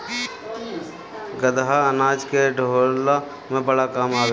गदहा अनाज के ढोअला में बड़ा काम आवेला